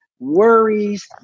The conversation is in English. worries